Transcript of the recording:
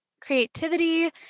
creativity